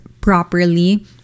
properly